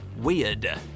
Weird